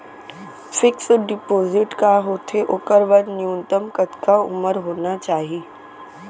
Fix deposit का होथे ओखर बर न्यूनतम कतका उमर होना चाहि?